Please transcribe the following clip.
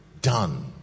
done